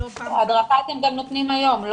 הדרכה אתם גם נותנים היום.